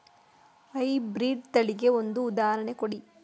High breed ತಳಿಗೆ ಒಂದು ಉದಾಹರಣೆ ಕೊಡಿ?